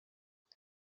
ati